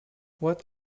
what